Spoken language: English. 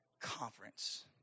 conference